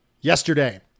yesterday